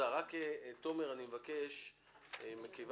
אני מבקש מתומר,